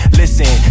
listen